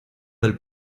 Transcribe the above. del